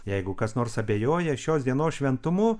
jeigu kas nors abejoja šios dienos šventumu